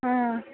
ఆ